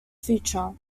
future